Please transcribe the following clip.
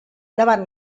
davant